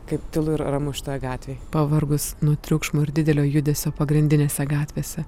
kaip tylu ir ramu šitoj gatvėj pavargus nuo triukšmo ir didelio judesio pagrindinėse gatvėse